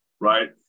Right